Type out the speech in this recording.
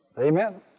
Amen